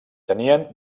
tenien